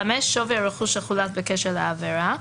(5)שווי הרכוש שחולט בקשר לעבירה.